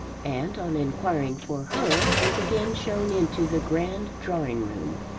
and on inquiring for her was again shown into the grand drawing-room.